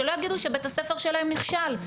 שלא יגידו שבית-הספר שלהם נכשל.